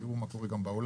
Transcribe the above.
תראו מה קורה גם בעולם,